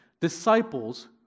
Disciples